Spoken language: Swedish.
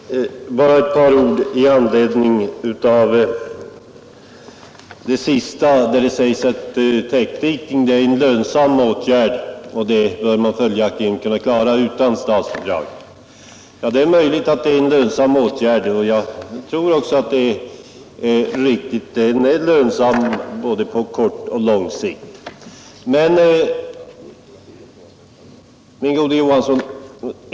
Herr talman! Bara ett par ord i anledning av det sista herr Magnusson sade om att täckdikning är en lönsam åtgärd och att man följaktligen bör kunna klara den utan statsbidrag. Det är riktigt att täckdikningen är lönsam både på kort och på lång sikt.